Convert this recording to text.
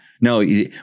No